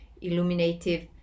illuminative